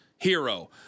hero